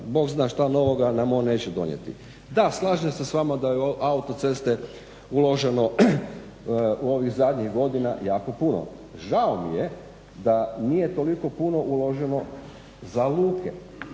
Bog zna što novoga nam on neće donijeti. Da, slažem se s vama da je u autoceste uloženo ovih zadnjih godina jako puno. Žao mi je da nije toliko puno uloženo za luke,